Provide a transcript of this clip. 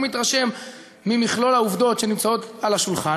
והוא מתרשם ממכלול העובדות שנמצאות על השולחן.